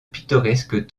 pittoresques